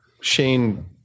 shane